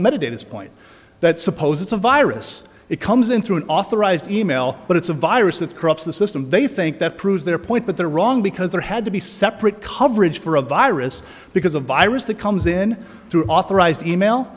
method it's a point that suppose it's a virus it comes in through an authorized e mail but it's a virus that corrupts the system they think that proves their point but they're wrong because there had to be separate coverage for a virus because a virus that comes in through an authorized e mail